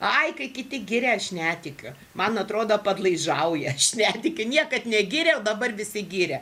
ai kai kiti giria aš netikiu man atrodo padlaižauja aš netikiu niekad negyrė o dabar visi giria